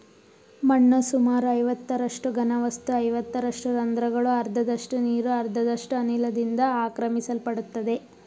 ಮಣ್ಣು ಸುಮಾರು ಐವತ್ತರಷ್ಟು ಘನವಸ್ತು ಐವತ್ತರಷ್ಟು ರಂದ್ರಗಳು ಅರ್ಧದಷ್ಟು ನೀರು ಅರ್ಧದಷ್ಟು ಅನಿಲದಿಂದ ಆಕ್ರಮಿಸಲ್ಪಡ್ತದೆ